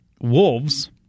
wolves